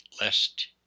lest